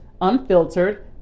unfiltered